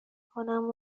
کنم